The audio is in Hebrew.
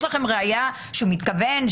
יש לכם ראיה שהוא מתכוון,